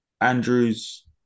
Andrew's